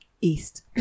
east